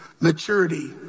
Maturity